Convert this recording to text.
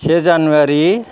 से जानुवारि